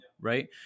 right